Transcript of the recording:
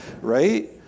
right